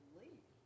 leave